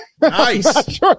Nice